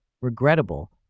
regrettable